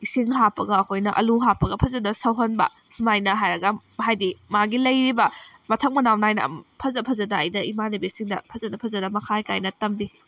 ꯏꯁꯤꯡ ꯍꯥꯞꯄꯒ ꯑꯩꯈꯣꯏꯅ ꯑꯂꯨ ꯍꯥꯞꯄꯒ ꯐꯖꯅ ꯁꯧꯍꯟꯕ ꯁꯨꯃꯥꯏꯅ ꯍꯥꯏꯔꯒ ꯍꯥꯏꯗꯤ ꯃꯥꯒꯤ ꯂꯩꯔꯤꯕ ꯃꯊꯪ ꯃꯅꯥꯎ ꯅꯥꯏꯅ ꯐꯖ ꯐꯖꯅ ꯑꯩꯅ ꯏꯃꯥꯟꯅꯕꯤꯁꯤꯡꯗ ꯐꯖꯅ ꯐꯖꯅ ꯃꯈꯥꯏ ꯈꯥꯏꯅ ꯇꯝꯕꯤ